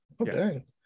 okay